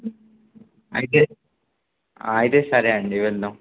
అయితే అయితే సరే అండి వెల్దాము